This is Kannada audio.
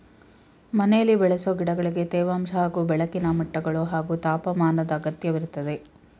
ಮನೆಲಿ ಬೆಳೆಸೊ ಗಿಡಗಳಿಗೆ ತೇವಾಂಶ ಹಾಗೂ ಬೆಳಕಿನ ಮಟ್ಟಗಳು ಹಾಗೂ ತಾಪಮಾನದ್ ಅಗತ್ಯವಿರ್ತದೆ